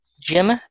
Jim